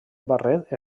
barret